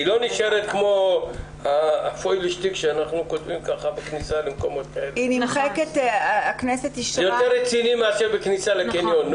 זה יותר רציני מאשר כניסה לקניון.